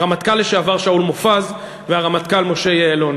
הרמטכ"ל לשעבר שאול מופז והרמטכ"ל משה יעלון,